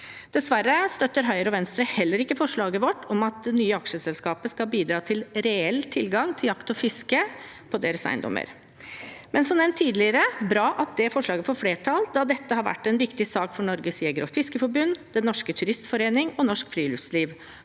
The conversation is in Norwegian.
Dessverre støtter Høyre og Venstre heller ikke forslaget vårt om at det nye aksjeselskapet skal bidra til reell tilgang til jakt og fiske på deres eiendommer. Men som nevnt tidligere er det bra at forslaget får flertall, da dette har vært en viktig sak for Norges Jeger- og Fiskerforbund, Den Norske Turistforening og Norsk Friluftsliv,